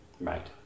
right